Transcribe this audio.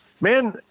man